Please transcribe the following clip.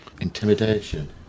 Intimidation